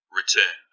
return